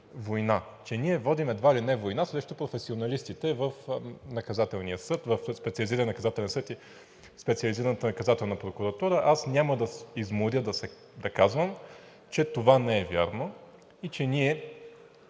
че ние водим едва ли не война срещу професионалистите в Специализирания наказателен съд и Специализираната наказателна прокуратура. Няма да се изморя да казвам, че това не е вярно и че ние